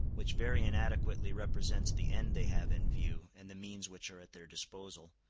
which very inadequately represents the end they have in view and the means which are at their disposal,